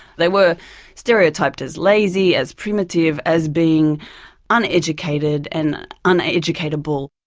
they were stereotyped as lazy, as primitive, as being uneducated and uneducable.